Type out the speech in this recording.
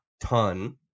ton